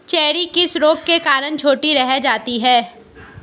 Cherry किस रोग के कारण छोटी रह जाती है?